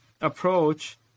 approach